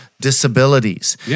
disabilities